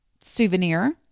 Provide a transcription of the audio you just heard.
souvenir